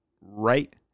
right